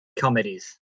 Comedies